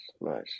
nice